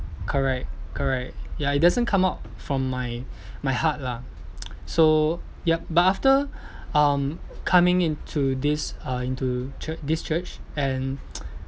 correct correct ya it doesn't come out from my my heart lah so yup but after um coming into this uh into chur~ this church and